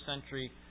century